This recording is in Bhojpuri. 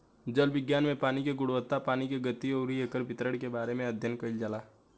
जल विज्ञान में पानी के गुणवत्ता पानी के गति अउरी एकर वितरण के बारे में अध्ययन कईल जाला